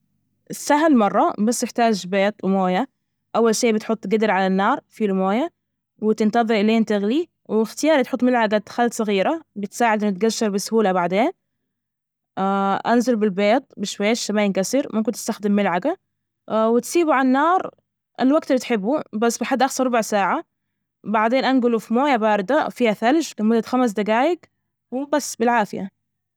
السهل مرة. بس يحتاج بيض وموية. أول شي بتحط جدر على النار في المويه. وتنتظري إلين تغلي وإختياري تحط ملعجة خل صغيرة بتساعد إنه تقشر بسهولة بعدين. أنزل بالبيض بشويش عشان ما ينكسر، ممكن تستخدم ملعجة وتسيبه على النار، الوقت اللي تحبه، بس بحد أقصى ربع ساعة، بعدين أنجله في مويه باردة فيها ثلج لمدة خمس دجايج وبس بالعافية.